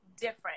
different